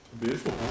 Beautiful